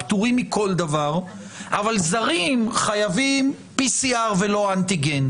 פטורים מכל דבר אבל זרים חייבים PCR ולא אנטיגן,